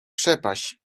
przepaść